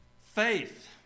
faith